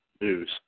news